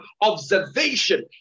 observation